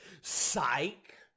Psych